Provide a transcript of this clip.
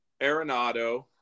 Arenado